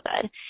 good